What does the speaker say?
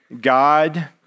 God